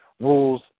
rules